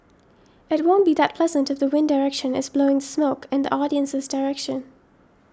it won't be that pleasant if the wind direction is blowing smoke in the audience's direction